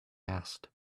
asked